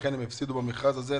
לכן הפסידו במכרז הזה.